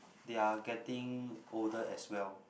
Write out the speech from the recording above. they are getting older as well